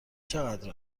چقدر